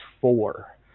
four